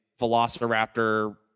Velociraptor